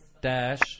dash